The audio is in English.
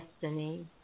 destiny